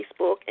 Facebook